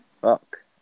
Fuck